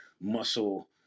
muscle